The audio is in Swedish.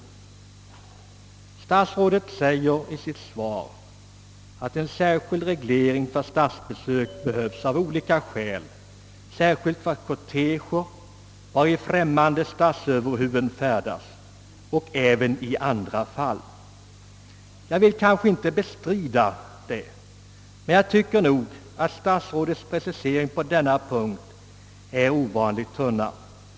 Statsrådet säger i sitt svar att en särskild reglering för statsbesök behövs av olika skäl särskilt för korteger vari främmande statsöverhuvud färdas och även i andra fall. Jag vill inte direkt bestrida detta, men jag tycker att statsrådets precisering på denna punkt är ovanligt tunn.